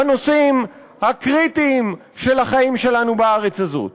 בנושאים הקריטיים של החיים שלנו בארץ הזאת.